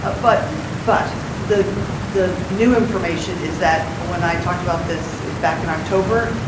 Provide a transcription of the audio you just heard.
ah but but the the new information is that when i talked about this back in october,